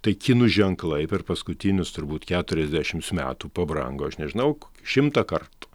tai kinų ženklai per paskutinius turbūt keturiasdešims metų pabrango aš nežinau šimtą kartų